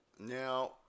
Now